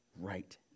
right